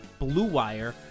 BlueWire